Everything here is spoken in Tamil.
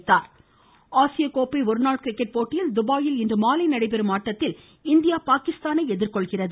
ருருருருரு கிரிக்கெட் ஆசிய கோப்பை ஒருநாள் கிரிக்கெட் போட்டியில் துபாயில் இன்று மாலை நடைபெறும் ஆட்டத்தில் இந்தியா பாகிஸ்தானை எதிர்கொள்கிறது